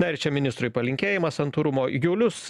na ir čia ministrui palinkėjimas santūrumo julius